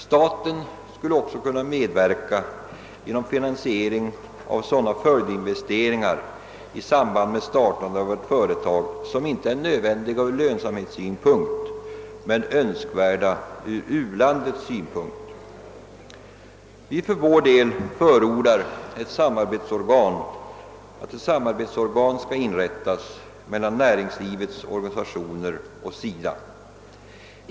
Staten skulle också kunna medverka genom finansiering av sådana följdinvesteringar i samband med startandet av företag som inte är nödvändiga ur lönsamhetssynpunkt men önskvärda ur u-landets synpunkt. För vår del förordar vi att ett samarbetsorgan inrättas mellan näringslivets organisationer och SIDA.